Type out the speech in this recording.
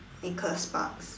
Nicholas Sparks